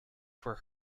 for